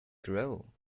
grow